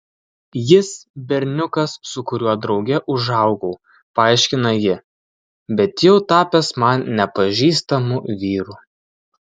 jis berniukas su kuriuo drauge užaugau paaiškina ji bet jau tapęs man nepažįstamu vyru